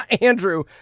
Andrew